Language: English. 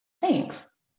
Thanks